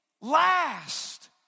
last